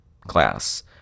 class